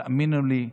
תאמינו לי,